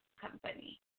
company